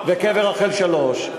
מירון שתיים, וקבר רחל שלוש.